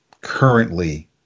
currently